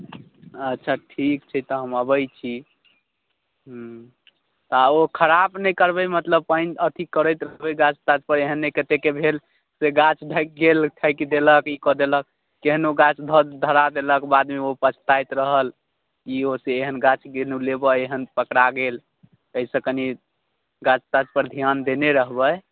अच्छा ठीक छै तऽ हम अबैत छी हुँ तऽ ओ खराब नहि करबै मतलब पानि अथी करैत रहबै गाछ ताछ पर एहन नहि कतेके भेल से गाछ ढकि गेल ठकि देलक ई कऽ देलक केहनो गाछ धऽ धरा देलक बाद मे ओ पछताइत रहल ई ओ से एहन गाछ लेबऽ एहन पकड़ा गेल एहिसँ कनि गाछ ताछ पर ध्यान देने रहबै